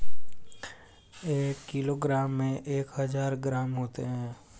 एक किलोग्राम में एक हजार ग्राम होते हैं